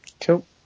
Cool